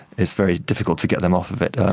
it's very difficult to get them off of it,